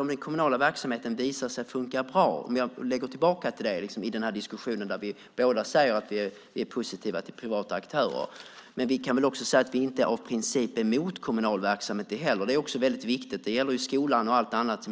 Om den kommunala verksamheten visar sig fungera bra - om jag går tillbaka till det i denna diskussion där vi båda säger att vi är positiva till privata aktörer - kan vi väl också säga att vi inte av princip är mot kommunal verksamhet? Det är också väldigt viktigt. Det gäller i skolan och allt annat.